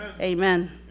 Amen